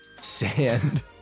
sand